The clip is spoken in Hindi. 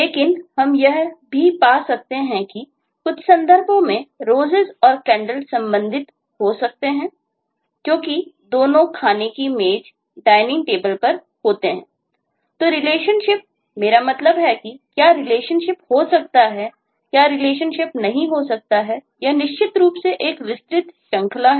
लेकिन हम यह भी पा सकते हैं कि कुछ संदर्भों में Roses और Candles संबंधित हो सकते हैं क्योंकि दोनों खाने की मेजडाइनिंग टेबल पर होते हैं